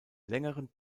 längeren